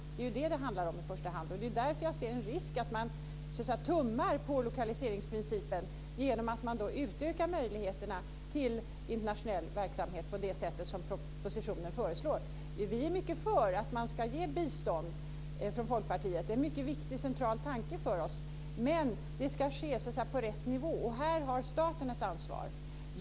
Det är detta som det i första hand handlar om. Det är därför jag ser en risk för att man tummar på lokaliseringsprincipen genom att man utökar möjligheterna till internationell verksamhet på det sätt som propositionen föreslår. Vi från Folkpartiet är mycket för att man ska ge bistånd. Det är en mycket viktig, central tanke för oss. Men det ska ske på rätt nivå. Här har staten ett ansvar.